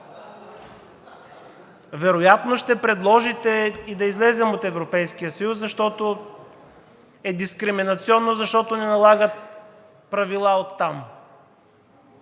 Вероятно ще предложите и да излезем от Европейския съюз, защото е дискриминационно, защото ни налагат правила оттам.